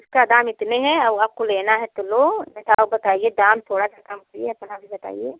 उसका दाम इतना है और आपको लेना है तो लो नहीं तो और बताइए दाम थोड़ा सा कम भी अपना भी बताइए